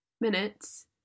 minutes